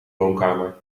woonkamer